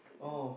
oh